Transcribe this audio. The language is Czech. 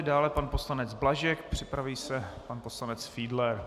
Dále pan poslanec Blažek, připraví se pan poslanec Fiedler.